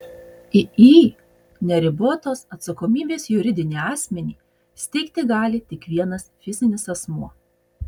iį neribotos atsakomybės juridinį asmenį steigti gali tik vienas fizinis asmuo